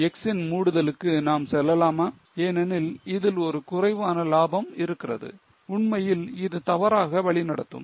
X ன் மூடுதலுக்கு நாம் செல்லலாமா ஏனெனில் இதில் ஒரு குறைவான லாபம் இருக்கிறது உண்மையில் இது தவறாக வழிநடத்தும்